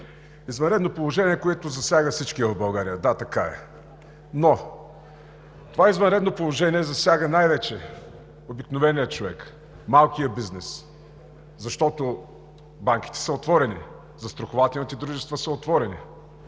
Извънредно положение, което засяга всички в България – да, така е. Това извънредно положение обаче засяга най-вече обикновения човек, малкия бизнес, защото банките са отворени, застрахователните дружества са отворени,